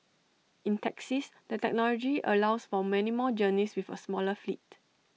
in taxis the technology allows for many more journeys with A smaller fleet